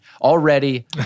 Already